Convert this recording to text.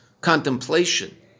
contemplation